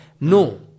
No